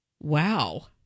Wow